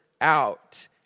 out